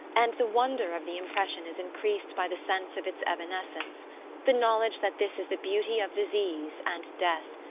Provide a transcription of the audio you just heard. and the wonder of the impression is increased by the sense of its evanescence the knowledge that this is the beauty of disease and death,